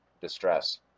distress